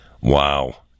wow